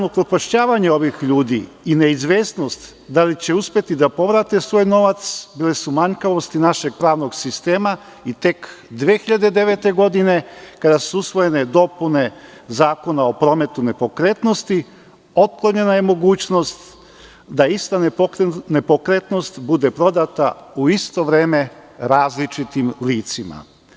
Upropašćavanje ovih ljudi i neizvesnost da li će uspeti da povrate svoj novac, bile su manjkavosti našeg pravnog sistema i tek 2009. godine kada su usvojene dopune Zakona o prometu nepokretnosti, otklonjena je mogućnost da ista nepokretnost bude prodata u isto vreme različitim licima.